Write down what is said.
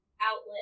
outlet